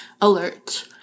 alert